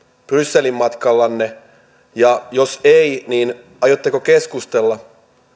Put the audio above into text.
brysselin matkallanne ja jos ei niin aiotteko keskustella